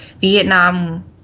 Vietnam